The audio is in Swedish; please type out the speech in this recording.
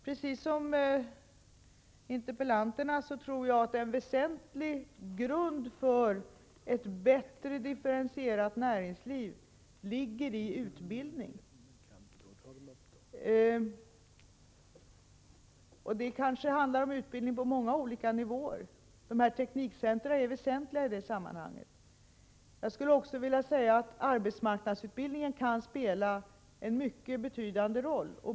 Precis som interpellanten och Lennart Alsén tror jag att en väsentlig grund för ett bättre differentierat näringsliv ligger i utbildning. Det kan då handla om utbildning på många olika nivåer. De nämnda teknikcentra är viktiga i detta sammanhang. Arbetsmarknadsutbildningen kan också spela en mycket betydande roll.